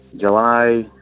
July